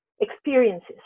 experiences